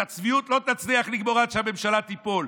את הצביעות לא תצליח לגמור עד שהממשלה תיפול,